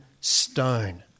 stone